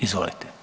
Izvolite.